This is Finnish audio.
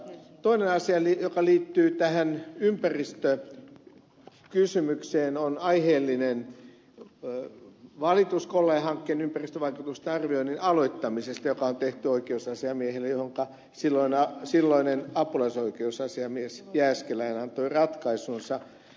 toinen asia joka liittyy tähän ympäristökysymykseen on aiheellinen valitus kollaja hankkeen ympäristövaikutusten arvioinnin aloittamisesta joka on tehty oikeusasiamiehelle johonka silloinen apulaisoikeusasiamies jääskeläinen antoi ratkaisunsa